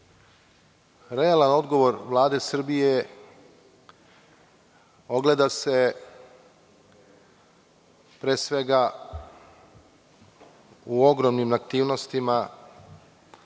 realan odgovor Vlade Srbije ogleda se pre svega u ogromnim aktivnostima